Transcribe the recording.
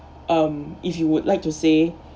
um if you would like to say